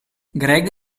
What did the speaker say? greg